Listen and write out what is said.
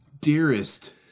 Dearest